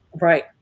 right